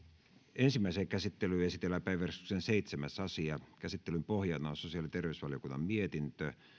ensimmäiseen käsittelyyn esitellään päiväjärjestyksen seitsemäs asia käsittelyn pohjana on sosiaali ja terveysvaliokunnan mietintö